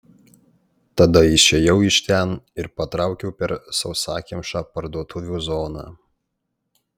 tada išėjau iš ten ir patraukiau per sausakimšą parduotuvių zoną